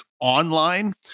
online